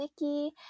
Nikki